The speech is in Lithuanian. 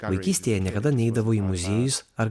vaikystėje niekada neidavau į muziejus ar